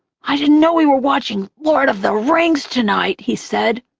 i didn't know we were watching lord of the rings tonight! he said.